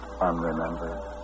unremembered